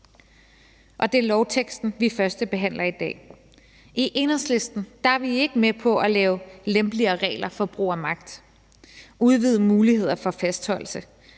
og det er lovteksten, vi førstebehandler i dag. I Enhedslisten er vi ikke med på at lave lempelige regler for brug af magt, udvidede muligheder for fastholdelse